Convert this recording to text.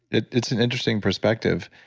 it's an interesting perspective.